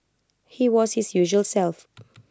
he was his usual self